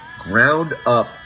ground-up